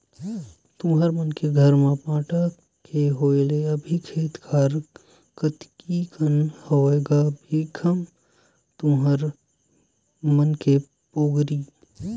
तुँहर मन के घर म बांटा के होय ले अभी खेत खार कतिक कन हवय गा भीखम तुँहर मन के पोगरी?